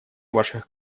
ваших